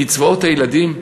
קצבאות הילדים?